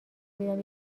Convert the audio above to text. دیدم